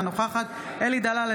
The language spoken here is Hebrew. אינה נוכחת אלי דלל,